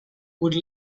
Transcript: would